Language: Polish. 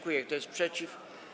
Kto jest przeciw?